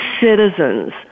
citizens